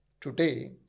today